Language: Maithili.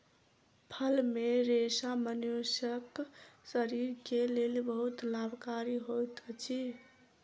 फल मे रेशा मनुष्यक शरीर के लेल बहुत लाभकारी होइत अछि